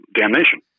damnation